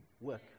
work